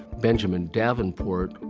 benjamin davenport,